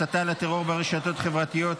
הסתה לטרור ברשתות חברתיות),